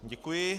Děkuji.